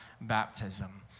baptism